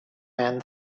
man